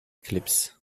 clips